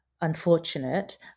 unfortunate